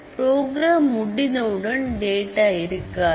program முடிந்தவுடன் data இருக்காது